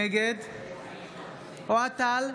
נגד אוהד טל,